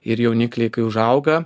ir jaunikliai kai užauga